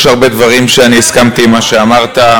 יש הרבה דברים שאני הסכמתי למה שאמרת,